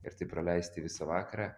ir taip praleisti visą vakarą